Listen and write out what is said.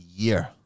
year